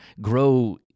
grow